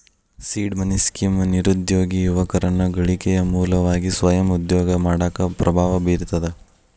seed money scheme ನಿರುದ್ಯೋಗಿ ಯುವಕರನ್ನ ಗಳಿಕೆಯ ಮೂಲವಾಗಿ ಸ್ವಯಂ ಉದ್ಯೋಗ ಮಾಡಾಕ ಪ್ರಭಾವ ಬೇರ್ತದ